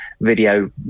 video